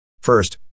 First